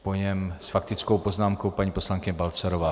Po něm s faktickou poznámkou paní poslankyně Balcarová.